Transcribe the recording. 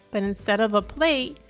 but instead of a plate,